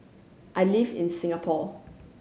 I live in Singapore